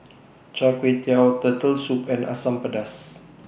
Char Kway Teow Turtle Soup and Asam Pedas